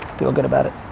feel good about it.